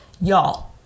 y'all